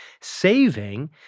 Saving